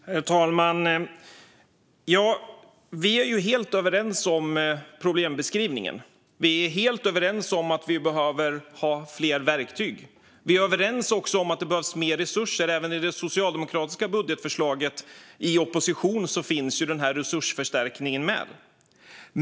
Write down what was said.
Herr talman! Vi är helt överens om problembeskrivningen. Vi är helt överens om att vi behöver ha fler verktyg. Vi är också överens om att det behövs mer resurser. Även i det socialdemokratiska budgetförslaget, i opposition, finns denna resursförstärkning med.